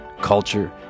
culture